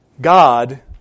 God